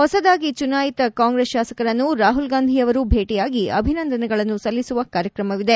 ಹೊಸದಾಗಿ ಚುನಾಯಿತ ಕಾಂಗ್ರೆಸ್ ಕಾಸಕರನ್ನು ರಾಹುಲ್ಗಾಂಧಿಯವರು ಭೇಟಯಾಗಿ ಅಭಿನಂದನೆಗಳನ್ನು ಸಲ್ಲಿಸುವ ಕಾರ್ಯಕ್ರಮವಿದೆ